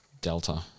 Delta